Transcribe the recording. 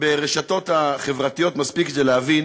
ברשתות החברתיות מספיק כדי להבין